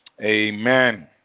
amen